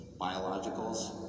biologicals